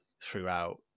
throughout